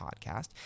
podcast